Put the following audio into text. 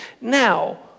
Now